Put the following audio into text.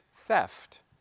theft